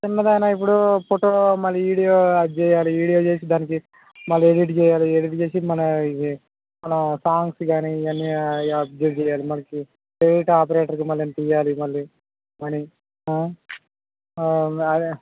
చిన్నదైనా ఇప్పుడు ఫోటో మళ్ళీ వీడియో అది చేయాలి వీడియో చేసి దానికి మళ్ళీ ఎడిట్ చేయాలి ఎడిట్ చేసి మన మన సాంగ్స్ కానీ ఇవన్నీ అప్డేట్ చేయాలి మనకి ప్రైవేట్ ఆపరేటర్కి మళ్ళీ ఇంత ఇవ్వాలి మళ్ళీ మనీ